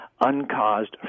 uncaused